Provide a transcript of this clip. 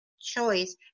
choice